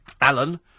Alan